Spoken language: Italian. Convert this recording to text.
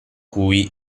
cui